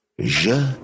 Je